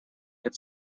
had